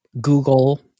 Google